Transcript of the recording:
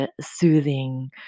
soothing